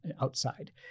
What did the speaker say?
outside